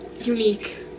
unique